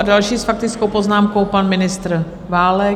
Další s faktickou poznámkou pan ministr Válek.